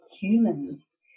humans